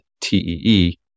TEE